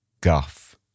Guff